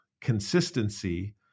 consistency